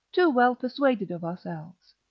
too well persuaded of ourselves.